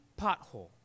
pothole